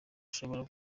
ushobora